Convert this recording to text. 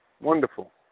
wonderful